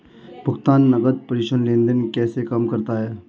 भुगतान नकद प्रेषण लेनदेन कैसे काम करता है?